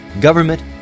government